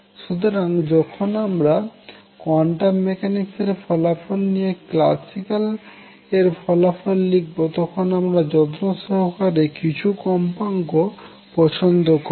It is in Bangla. সুতরাং যখন আমরা কোয়ান্টাম মেকানিক্স এর ফলাফল নিয়ে ক্ল্যাসিক্যাল এর ফলাফল লিখব তখন আমরা যত্ন সহকারে কিছু কম্পাঙ্ক পছন্দ করব